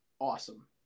awesome